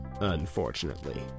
Unfortunately